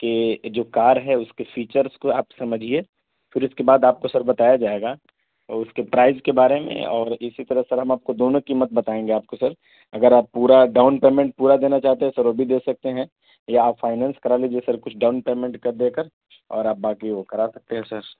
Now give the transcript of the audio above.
کہ جو کار ہے اس کے فیچرس کو آپ سمجھیے پھر اس کے بعد آپ کو سر بتایا جائے گا اس کے پرائز کے بارے میں اور اسی طرح سر ہم آپ کو دونوں قیمت بتائیں گے آپ کو سر اگر آپ پورا ڈاؤن پیمنٹ پورا دینا چاہتے ہیں سر وہ بھی دے سکتے ہیں یا آپ فائننس کرا لیجیے سر کچھ ڈاؤن پیمنٹ کر دے کر اور باقی وہ کرا سکتے ہیں سر